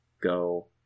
go